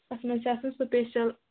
اَتھ منٛز چھِ آسان سٕپیشل